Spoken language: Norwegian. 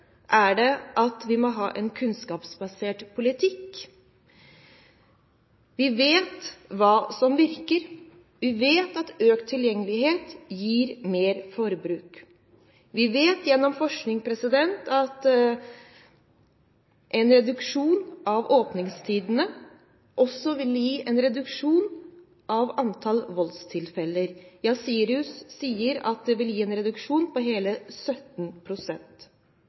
må vi ha en kunnskapsbasert politikk. Vi vet hva som virker. Vi vet at økt tilgjengelighet gir mer forbruk, vi vet gjennom forskning at en reduksjon av åpningstidene også vil gi en reduksjon i antallet voldstilfeller – SIRUS mener det vil gi en reduksjon på hele